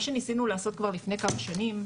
מה שניסינו לעשות כבר לפני כמה שנים,